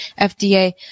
FDA